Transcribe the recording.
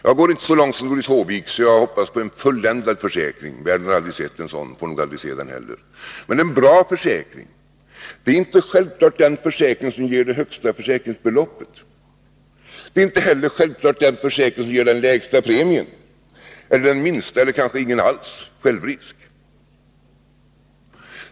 Jag går inte så långt som Doris Håvik att jag hoppas på en fulländad försäkring. Världen har aldrig sett en sådan, och får nog aldrig se den heller. Men en bra försäkring är inte självklart den försäkring som ger det högsta försäkringsbeloppet. Det är inte heller självklart den försäkring som ger den lägsta premien eller den minsta självrisken, kanske ingen alls.